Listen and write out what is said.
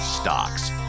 Stocks